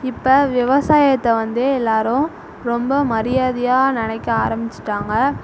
இப்போ விவசாயத்தை வந்து எல்லாரும் ரொம்ப மரியாதையாக நினைக்க ஆரமிச்சுட்டாங்க